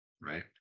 right